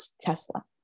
Tesla